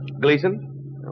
Gleason